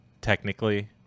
technically